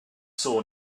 saw